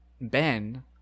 ben